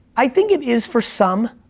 i think it is for some,